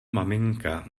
maminka